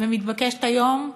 מתבקשת היום,